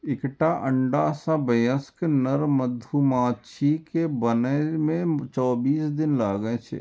एकटा अंडा सं वयस्क नर मधुमाछी कें बनै मे चौबीस दिन लागै छै